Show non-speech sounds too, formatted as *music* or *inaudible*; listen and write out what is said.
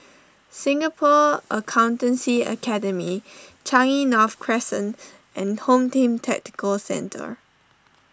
*noise* Singapore Accountancy Academy Changi North Crescent and Home Team Tactical Centre